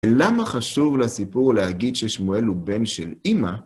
למה חשוב לסיפור להגיד ששמואל הוא בן של אימא?